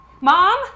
Mom